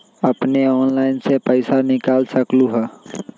अपने ऑनलाइन से पईसा निकाल सकलहु ह?